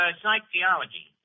psychology